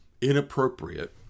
inappropriate